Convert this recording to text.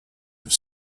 have